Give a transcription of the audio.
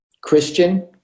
Christian